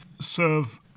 serve